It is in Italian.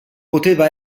poteva